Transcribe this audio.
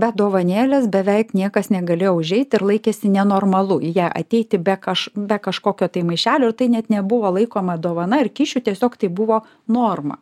be dovanėlės beveik niekas negalėjo užeiti ir laikėsi nenormalu į ją ateiti bet kaž be kažkokio tai maišelio ir tai net nebuvo laikoma dovana ar kyšiu tiesiog tai buvo norma